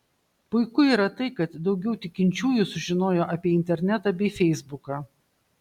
puiku yra tai kad daugiau tikinčiųjų sužinojo apie internetą bei feisbuką